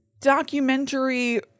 documentary